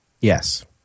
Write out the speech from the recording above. Yes